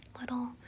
little